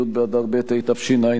י' באדר ב' התשע"א,